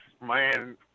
man